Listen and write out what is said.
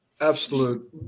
absolute